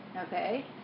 okay